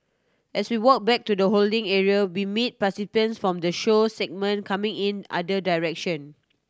as we walk back to the holding area we meet participants from the show segment coming in other direction